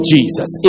Jesus